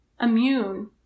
immune